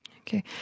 Okay